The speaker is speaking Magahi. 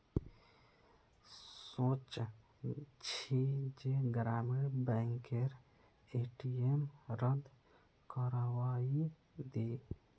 सोच छि जे ग्रामीण बैंकेर ए.टी.एम रद्द करवइ दी